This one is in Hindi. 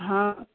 हाँ